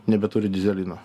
nebeturi dyzelino